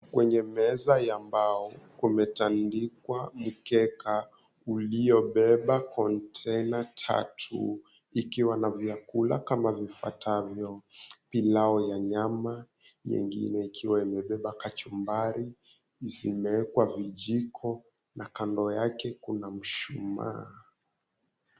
Kwenye meza ya mbao, kumetandikwa mkeka uliobeba kontena tatu ikiwa na vyakula kama vifuatavyo; pilau ya nyama, nyingine ikiwa imebeba kachumbari, zimeekwa vijiko na kando yake kuna mishumaa.